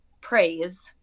praise